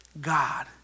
God